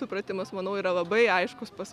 supratimas manau yra labai aiškus pas